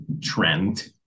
trend